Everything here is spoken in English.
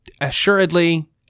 assuredly